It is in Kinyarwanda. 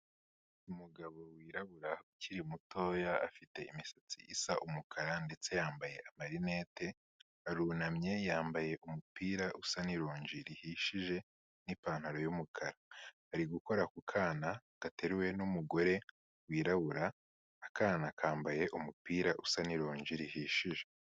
Umugabo wirabura, ukiri mutoya afite imisatsi isa umukara ndetse yambaye amarinette, arunamye yambaye umupira usa n'ironji rihishije n'ipantaro y'umukara ari gukora ku kana gateruwe n'umugore wirabura, akana kambaye umupira usa n'ironji rihishije.